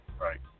Right